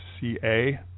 CA